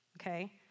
Okay